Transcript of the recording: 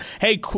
Hey